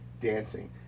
dancing